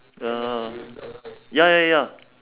uh ya ya ya